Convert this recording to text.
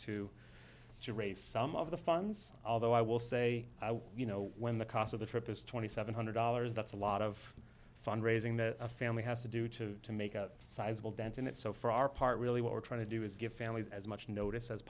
students to raise some of the funds although i will say you know when the cost of the trip is twenty seven hundred dollars that's a lot of fund raising that a family has to do to to make a sizeable dent in it so for our part really what we're trying to do is give families as much notice as